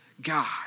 God